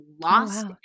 lost